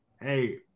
hey